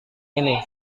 ini